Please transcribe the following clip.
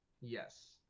yes